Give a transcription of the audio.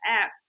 app